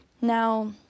now